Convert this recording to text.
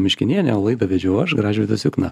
miškiniene o laidą vedžiau aš gražvydas jukna